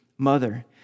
Mother